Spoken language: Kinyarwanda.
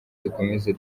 dukomeze